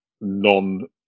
non